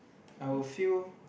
I would feel